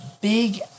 big